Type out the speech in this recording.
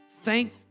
Thank